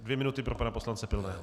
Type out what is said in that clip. Dvě minuty pro pana poslance Pilného.